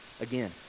Again